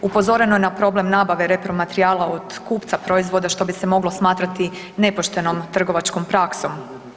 Upozoreno je na problem nabave repromaterijala od kupca proizvoda što bi se moglo smatrati nepoštenom trgovačkom praksom.